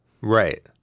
Right